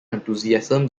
enthusiasm